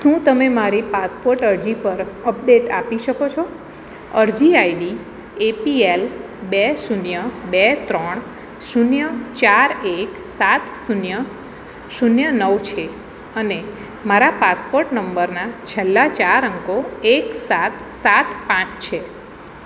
શું તમે મારી પાસપોર્ટ અરજી પર અપડેટ આપી શકો છો અરજી આઈડી એપીએલ બે શૂન્ય બે ત્રણ શૂન્ય ચાર એક સાત શૂન્ય શૂન્ય નવ છે અને મારા પાસપોર્ટ નંબરના છેલ્લા ચાર અંકો એક સાત સાત પાંચ છે